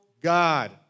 God